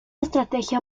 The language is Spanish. estrategia